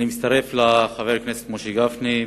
אני מצטרף לחבר הכנסת משה גפני.